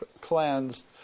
cleansed